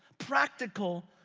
practical,